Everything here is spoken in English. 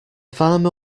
farmer